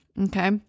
Okay